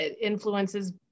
influences